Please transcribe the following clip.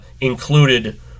included